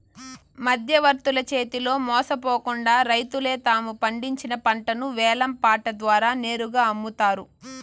మధ్యవర్తుల చేతిలో మోసపోకుండా రైతులే తాము పండించిన పంటను వేలం పాట ద్వారా నేరుగా అమ్ముతారు